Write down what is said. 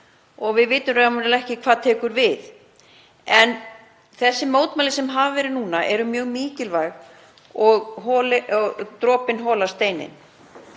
og við vitum raunverulega ekki hvað tekur við. En þessi mótmæli sem hafa verið núna eru mjög mikilvæg og dropinn holar steininn.